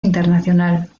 internacional